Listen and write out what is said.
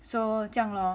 so 这样咯